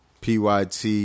PYT